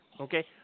Okay